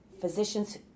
physicians